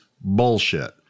bullshit